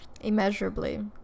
immeasurably